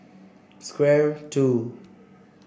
Square Two